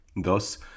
Thus